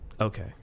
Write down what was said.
Okay